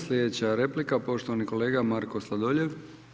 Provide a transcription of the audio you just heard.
Slijedeća replika poštovani kolega Marko Sladoljev.